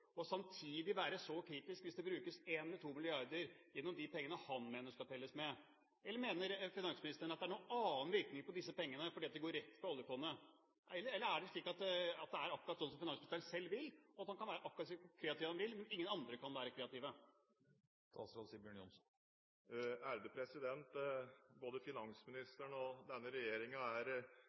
og samtidig være så kritisk hvis det brukes en eller to milliarder av de pengene han mener skal telles med? Mener finansministeren at det er en annen virkning av disse pengene fordi de går rett fra oljefondet? Eller er det slik at finansministeren selv kan være akkurat så kreativ som han vil, men at ingen andre kan være kreative? Både finansministeren og denne regjeringen er